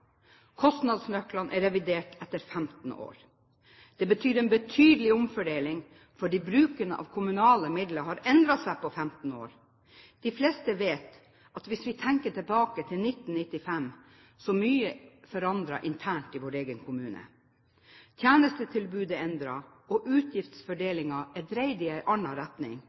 Kostnadsnøklene er revidert etter 15 år. Det betyr en betydelig omfordeling, fordi bruken av kommunale midler har endret seg på 15 år. De fleste vet at hvis vi tenker tilbake til 1995, er mye forandret internt i vår egen kommune. Tjenestetilbudet er endret, og utgiftsfordelingen er dreid i en annen retning.